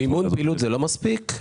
מימון פעילות זה לא מספיק?